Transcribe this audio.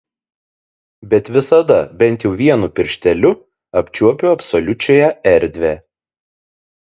bet visada bent jau vienu piršteliu apčiuopiu absoliučiąją erdvę